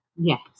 Yes